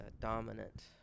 dominant